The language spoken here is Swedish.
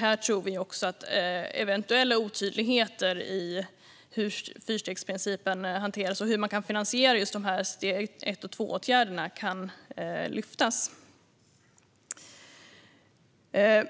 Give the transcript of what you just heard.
Här tror vi att eventuella otydligheter i hur fyrstegsprincipen hanteras och hur man kan finansiera steg 1 och 2-åtgärderna kan lyftas